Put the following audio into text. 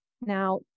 Now